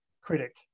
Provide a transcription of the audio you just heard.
critic